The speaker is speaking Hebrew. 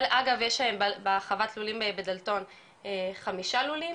אגב יש להם בחוות לולים בדלתון חמישה לולים,